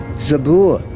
zabur.